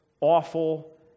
awful